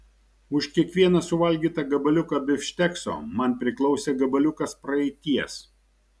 už kiekvieną suvalgytą gabaliuką bifštekso man priklausė gabaliukas praeities